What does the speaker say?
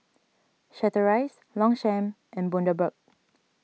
Chateraise Longchamp and Bundaberg